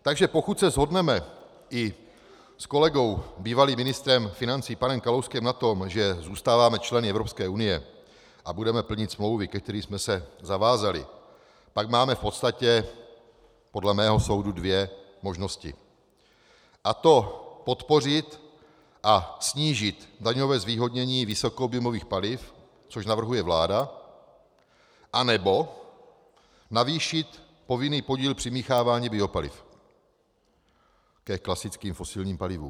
Takže pokud se shodneme i s kolegou bývalým ministrem financí panem Kalouskem na tom, že zůstáváme členy EU a budeme plnit smlouvy, ke kterým jsme se zavázali, pak máme v podstatě podle mého soudu dvě možnosti, a to podpořit a snížit daňové zvýhodnění vysokoobjemových paliv, což navrhuje vláda, anebo navýšit povinný podíl přimíchávání biopaliv ke klasickým fosilním palivům.